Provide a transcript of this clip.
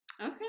Okay